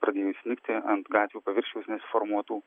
pradėjus snigti ant gatvių paviršiaus nesiformuotų